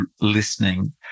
listening